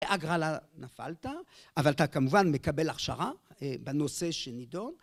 הגרלה נפלת, אבל אתה כמובן מקבל הכשרה בנושא שנידון.